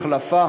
החלפה,